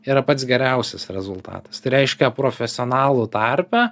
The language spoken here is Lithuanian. yra pats geriausias rezultatas tai reiškia profesionalų tarpe